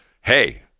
hey